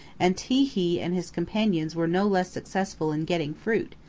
and ti-hi and his companions were no less successful in getting fruit,